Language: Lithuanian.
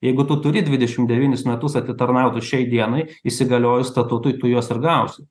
jeigu tu turi dvidešim devynis metus atitarnautus šiai dienai įsigaliojus statutui tu juos ir gausi